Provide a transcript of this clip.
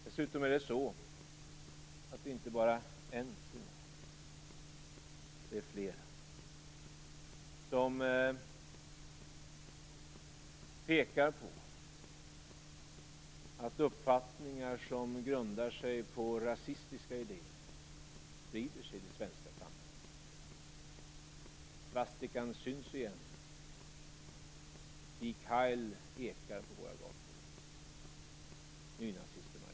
Dessutom är det inte bara en signal, det är flera som pekar på att uppfattningar som grundar sig på rasistiska idéer sprider sig i det svenska samhället. Svastikan syns igen, Sieg Heil ekar på våra gator, nynazister marscherar.